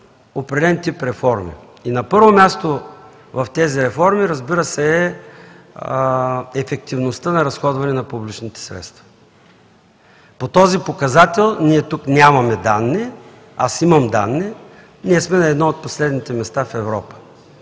определен тип реформи. На първо място в тези реформи, разбира се, е ефективността при разходване на публичните средства. По този показател ние тук нямаме данни. Аз имам данни – ние сме на едно от последните места в Европа.